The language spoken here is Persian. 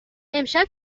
امشب